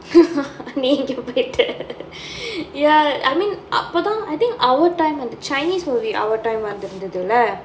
நீ எங்கே போயிட்டே:nee engae poyittae ya I mean அப்பேதா:appaethaa I think our time அந்த:antha chinese movie our time வந்திருந்ததுலே:vanthirunthathulae